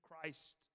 Christ